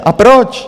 A proč?